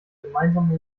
gemeinsame